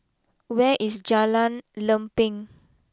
where is Jalan Lempeng